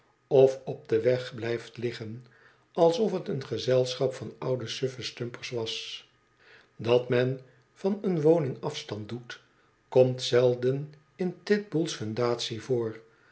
of op den weg blijft liggen alsof t een gezelschap van oude suffe stumpers was dat men van een woning afstand doet komt zelden in titbull's fundatie voor